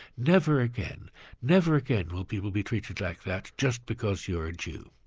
never again never again will people be treated like that just because you're a jew'.